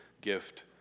gift